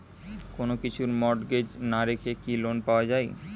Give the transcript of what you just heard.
কোন কিছু মর্টগেজ না রেখে কি লোন পাওয়া য়ায়?